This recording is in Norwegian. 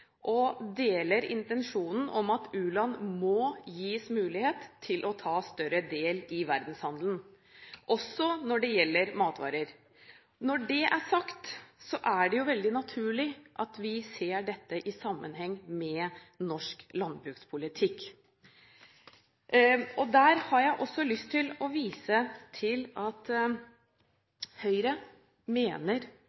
og deler intensjonen om at u-land må gis mulighet til å ta større del i verdenshandelen, også når det gjelder matvarer. Når det er sagt, er det veldig naturlig at vi ser dette i sammenheng med norsk landbrukspolitikk. Der har jeg også lyst til å vise til at